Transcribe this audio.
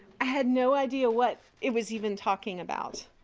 i had no idea what it was even talking about.